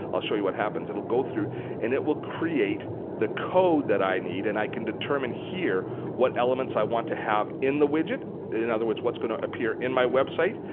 i'll show you what happens it'll go through and it will create the code that i need and i can determine here what elements i want to have in the widget, in other words what's going to appear in my website,